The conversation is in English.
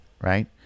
right